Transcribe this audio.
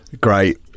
Great